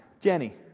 Jenny